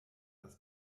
das